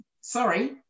sorry